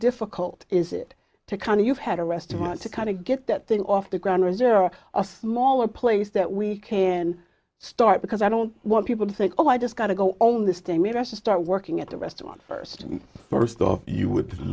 difficult is it to kind of you've had a restaurant to kind of get that thing off the ground or is there a smaller place that we can start because i don't want people to think oh i just got to go on this day maybe i should start working at the restaurant first first off you w